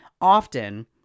often